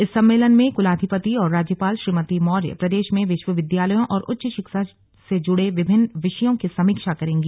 इस सम्मेलन में कुलाधिपति और राज्यपाल श्रीमती मौर्य प्रदेश में विश्वविद्यालयों और उच्च शिक्षा से जुड़े विभिन्न विषयों की समीक्षा करेंगी